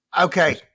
Okay